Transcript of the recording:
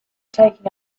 taking